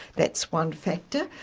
that's one factor.